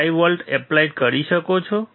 5 volt applied કરી શકો છો